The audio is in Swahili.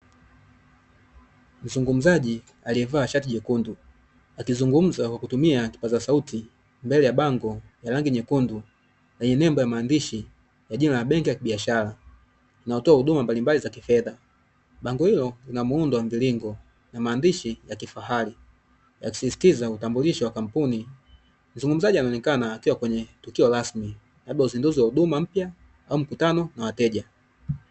Mzungumzaji aliyevaa shati jekundu, akizungumza kwa kutumia kipaza sauti mbele ya bango ya rangi nyekundu lenye nembo ya maandishi ya jina la benki ya kibiashara inayotoa huduma mbalimbali za kifedha, bango hio ina muundo wa mviringo na maandishi ya kifahari, ya kusisitiza utambulisho wa kampuni zungumzaji anaonekana akiwa kwenye tukio rasmi labda uzinduzi wa huduma mpya au mkutano na wateja.